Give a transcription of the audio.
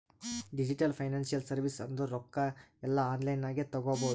digital financial service ಅಂದುರ್ ರೊಕ್ಕಾ ಎಲ್ಲಾ ಆನ್ಲೈನ್ ನಾಗೆ ತಗೋಬೋದು